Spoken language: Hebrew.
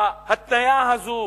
ההתניה הזאת